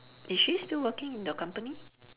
is she still working in your company